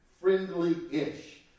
friendly-ish